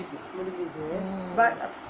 mm